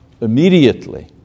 immediately